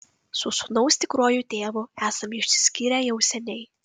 su sūnaus tikruoju tėvu esame išsiskyrę jau seniai